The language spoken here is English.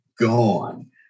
gone